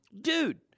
dude